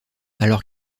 alors